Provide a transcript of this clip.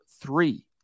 three